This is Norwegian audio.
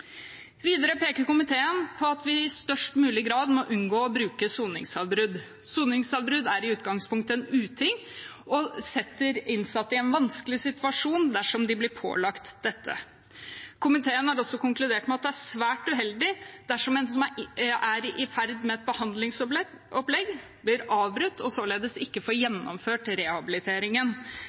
Videre peker komiteen på at vi i størst mulig grad må unngå å bruke soningsavbrudd. Soningsavbrudd er i utgangspunktet en uting og setter innsatte i en vanskelig situasjon dersom de blir pålagt dette. Komiteen har også konkludert med at det er svært uheldig dersom en som er i gang med et behandlingsopplegg, blir avbrutt og således ikke får gjennomført rehabiliteringen.